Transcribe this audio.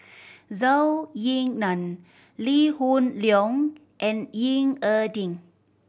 Zhou Ying Nan Lee Hoon Leong and Ying E Ding